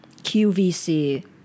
qvc